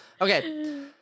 Okay